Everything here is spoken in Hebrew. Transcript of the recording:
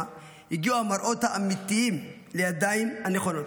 הגיעו המראות האמיתיים לידיים הנכונות.